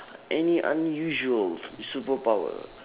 any unusual superpower